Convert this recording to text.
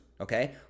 okay